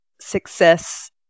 success